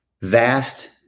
vast